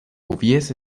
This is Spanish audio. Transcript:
hubiese